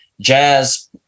jazz